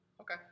Okay